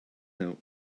note